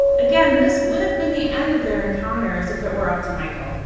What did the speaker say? again, this would have been the end of their encounters if it were up to michael.